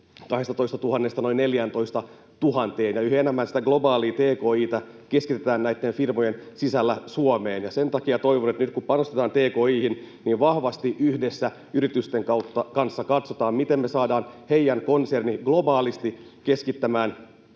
12 000:sta noin 14 000:een, ja yhä enemmän globaalia tki:tä keskitetään näitten firmojen sisällä Suomeen. Sen takia toivon, että nyt, kun panostetaan tki:hin, vahvasti yhdessä yritysten kanssa katsotaan, miten me saadaan heidän konserninsa globaalisti keskittämään